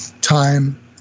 time